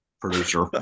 producer